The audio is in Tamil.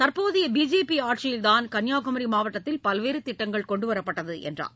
தற்போதைய பிஜேபி ஆட்சியில்தான் கன்னியாகுமரி மாவட்டத்தில் பல்வேறு திட்டங்கள் கொண்டு வரப்பட்டது என்றார்